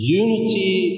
unity